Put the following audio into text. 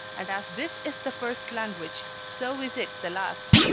and as this is the first language, so is it the last.